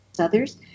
others